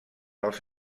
als